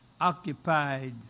Occupied